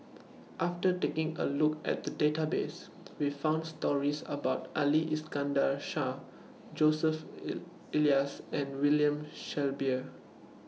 after taking A Look At The Database We found stories about Ali Iskandar Shah Joseph E Elias and William Shellabear